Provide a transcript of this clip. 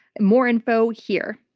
more info, here.